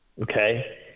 okay